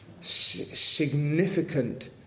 significant